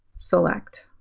select.